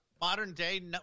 modern-day